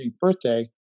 birthday